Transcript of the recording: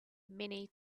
many